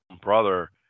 brother